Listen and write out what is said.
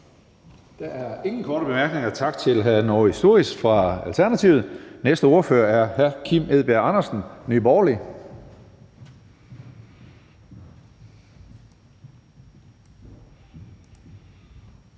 ønsker om korte bemærkninger. Tak til hr. Noah Sturis, Alternativet. Næste ordfører er hr. Kim Edberg Andersen, Nye Borgerlige.